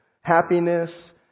happiness